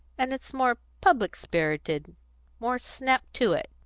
and it's more public-spirited more snap to it.